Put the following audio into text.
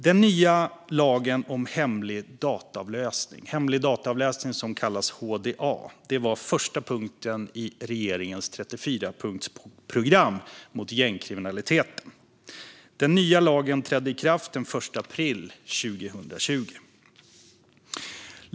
Den nya lagen om hemlig dataavläsning, HDA, var första punkten i regeringens 34-punktsprogram mot gängkriminaliteten. Den nya lagen trädde i kraft den 1 april 2020.